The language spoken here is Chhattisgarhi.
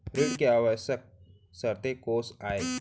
ऋण के आवश्यक शर्तें कोस आय?